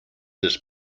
this